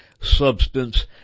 substance